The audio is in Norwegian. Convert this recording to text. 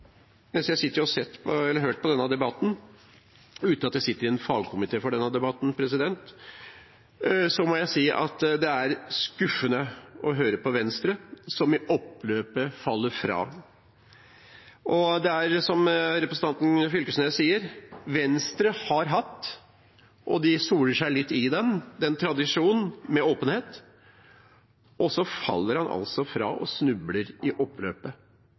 hørt på denne debatten – uten at jeg har sittet i en fagkomité for denne debatten – og jeg må si at det er skuffende å høre på Venstre, som faller fra i oppløpet. Det er som representanten Knag Fylkesnes sier: Venstre har hatt, og de soler seg litt i, en tradisjon for åpenhet, og så faller man altså fra og snubler i oppløpet.